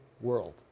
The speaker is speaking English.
world